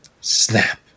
snap